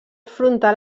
frontal